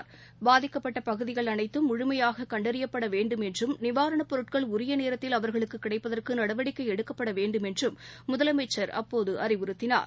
ாதிக்கப்பட்ட பகுதிகள் அனைத்தும் முழுமையாக கண்டறியப்பட வேண்டும் என்றும் நிவாரணப் பொருட்கள் உரிய நேரத்தில் அவர்களுக்கு கிடைப்பதற்கு நடவடிக்கை எடுக்கப்பட வேண்டும் என்றும் முதலமைச்சர் அப்போது அறிவுறுத்தினார்